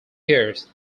years